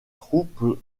troupes